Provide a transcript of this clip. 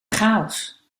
chaos